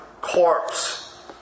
corpse